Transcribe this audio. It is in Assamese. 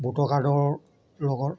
ভোটৰ কাৰ্ডৰ লগৰ